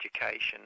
education